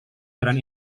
jalan